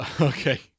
Okay